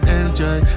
enjoy